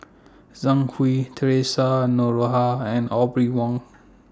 Zhang Hui Theresa Noronha and Audrey Wong